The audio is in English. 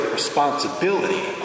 responsibility